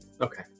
Okay